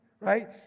right